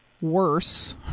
worse